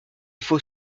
faut